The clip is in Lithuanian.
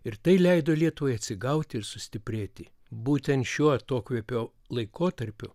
ir tai leido lietuvai atsigauti ir sustiprėti būtent šiuo atokvėpio laikotarpiu